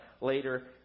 later